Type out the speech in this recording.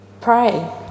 pray